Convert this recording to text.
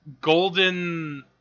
golden